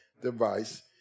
device